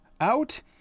out